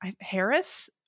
harris